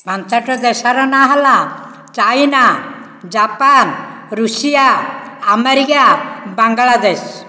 ପାଞ୍ଚଟା ଦେଶର ନାଁ ହେଲା China Japan Russia America Bangladesh